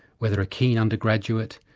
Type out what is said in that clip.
whether a keen undergraduate,